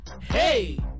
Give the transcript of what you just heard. Hey